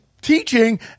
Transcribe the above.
teaching